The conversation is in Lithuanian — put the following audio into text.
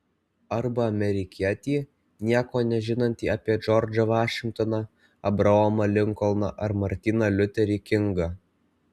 arba amerikietį nieko nežinantį apie džordžą vašingtoną abraomą linkolną ar martyną liuterį kingą